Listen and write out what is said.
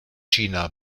china